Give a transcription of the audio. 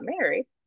married